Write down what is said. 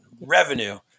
revenue